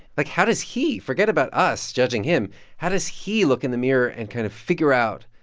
like, how does he forget about us judging him how does he look in the mirror and kind of figure out,